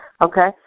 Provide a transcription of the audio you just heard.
Okay